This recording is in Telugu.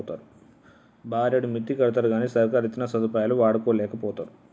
బారెడు మిత్తికడ్తరుగని సర్కారిచ్చిన సదుపాయాలు వాడుకోలేకపోతరు